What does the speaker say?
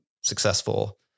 successful